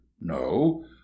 no